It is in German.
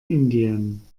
indien